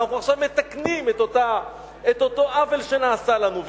אבל אנחנו עכשיו מתקנים את אותו עוול שנעשה לנו.